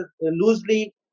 loosely